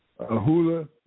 Ahula